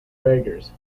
braggers